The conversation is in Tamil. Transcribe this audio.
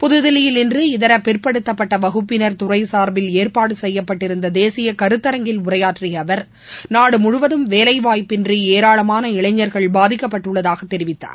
புகுகில்லியில் இதரபிற்படுத்தப்பட்டவகுப்பினர் இன்று துறைசார்பில் ஏற்பாடுசெய்யப்பட்டிருந்ததேசியகருத்தரங்கில் உரையாற்றிய அவர் நாடுமுழுவதும் வேலைவாய்ப்பின்றிஏராளமான இளைஞர்கள் பாதிக்கப்பட்டுள்ளதாகதெரிவித்தார்